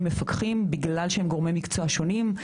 מפקחים בגלל שהם גורמי מקצוע שונים,